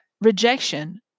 rejection